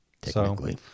Technically